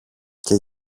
και